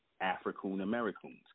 African-Americans